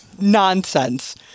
nonsense